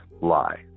lie